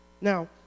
Now